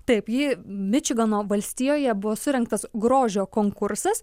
taip ji mičigano valstijoje buvo surengtas grožio konkursas